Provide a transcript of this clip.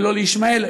ולא לישמעאל,